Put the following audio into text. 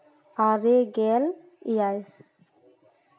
ᱟᱨᱮ ᱜᱮᱞ ᱮᱭᱟᱭ